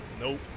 Nope